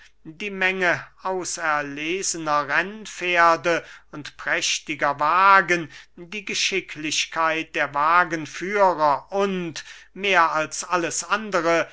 die menge auserlesener rennpferde und prächtiger wagen die geschicklichkeit der wagenführer und mehr als alles andere